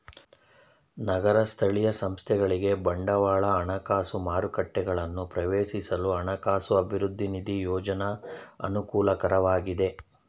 ನಗರ ಸ್ಥಳೀಯ ಸಂಸ್ಥೆಗಳಿಗೆ ಬಂಡವಾಳ ಹಣಕಾಸು ಮಾರುಕಟ್ಟೆಗಳನ್ನು ಪ್ರವೇಶಿಸಲು ಹಣಕಾಸು ಅಭಿವೃದ್ಧಿ ನಿಧಿ ಯೋಜ್ನ ಅನುಕೂಲಕರವಾಗಿದೆ